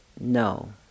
no